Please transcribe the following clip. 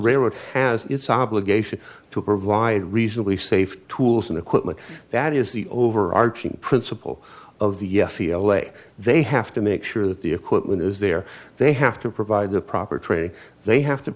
railroad has its obligation to provide reasonably safe tools and equipment that is the overarching principle of the yes c l a they have to make sure that the equipment is there they have to provide the proper training they have to